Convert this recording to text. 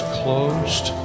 closed